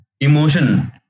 emotion